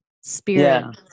spirit